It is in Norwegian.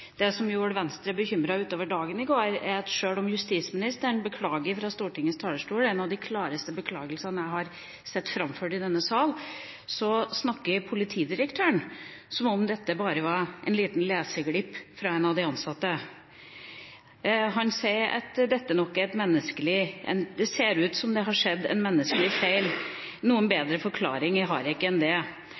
Det som gjorde Venstre bekymret utover dagen i går, var at sjøl om justisministeren beklaget fra Stortingets talerstol – en av de klareste beklagelsene jeg har sett framført i denne sal – snakker politidirektøren som om dette bare var en liten leseglipp fra en av de ansatte. Han sa til Aftenposten i går: «Det ser ut som om det har skjedd en menneskelig feil. Noen bedre forklaring enn det har jeg ikke. Nå skal vi gå grundig inn i dette, og se om det